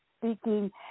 speaking